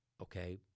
okay